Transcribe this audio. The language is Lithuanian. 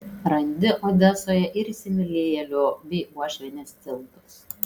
randi odesoje ir įsimylėjėlių bei uošvienės tiltus